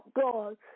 God